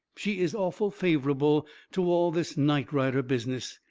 she is awful favourable to all this nightrider business.